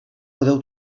podeu